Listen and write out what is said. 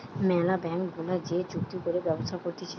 ম্যালা ব্যাঙ্ক গুলা যে চুক্তি করে ব্যবসা করতিছে